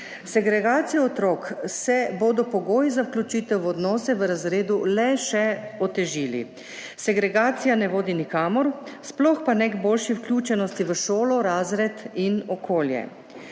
segregacijo otrok se bodo pogoji za vključitev v odnose v razredu le še otežili. Segregacija ne vodi nikamor, sploh pa ne k boljši vključenosti v šolo, razred in okolje,